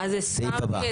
הסעיף הבא.